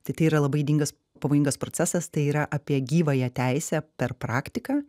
tai tai yra labai ydingas pavojingas procesas tai yra apie gyvąją teisę per praktiką